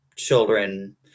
children